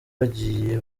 bagiye